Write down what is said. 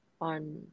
on